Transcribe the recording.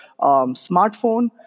smartphone